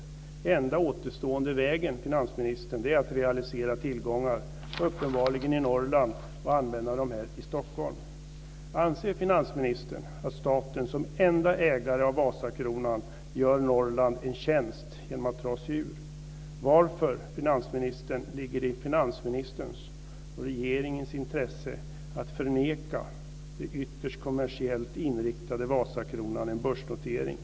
Den enda återstående vägen är att realisera tillgångar, uppenbarligen i Norrland, och använda dem här i Anser finansministern att staten som enda ägare av Vasakronan gör Norrland en tjänst genom att dra sig ur? Varför ligger det i finansministerns och regeringens intresse att förneka det ytterst kommersiellt inriktade Vasakronan en börsnotering?